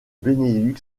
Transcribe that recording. benelux